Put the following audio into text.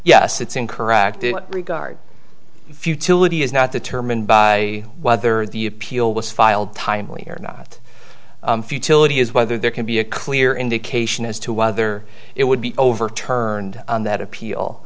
yes it's incorrect in regard futility is not determined by whether the appeal was filed timely or not futility is whether there can be a clear indication as to whether it would be overturned on that appeal